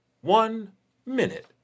one-minute